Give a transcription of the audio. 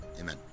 Amen